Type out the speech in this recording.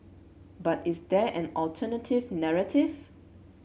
but is there an alternative narrative